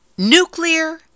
Nuclear